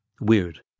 Weird